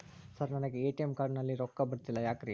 Sir ನನಗೆ ATM card ನಲ್ಲಿ ರೊಕ್ಕ ಬರತಿಲ್ಲ ಯಾಕ್ರೇ?